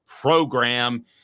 program